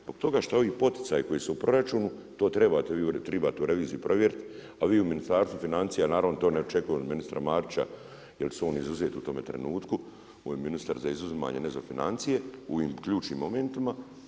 Zbog toga što ovi poticaji koji su u proračunu, to trebate vi u reviziji provjeriti a vi u Ministarstvu financija, naravno to ne očekuju od Ministra Marića jer će se on izuzeti u tom trenutku, on je ministar za izuzimanje a ne za financije u ovim ključnim momentima.